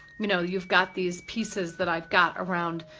you know, you've got these pieces that i've got around,